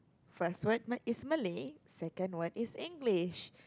first word is Malay second one is English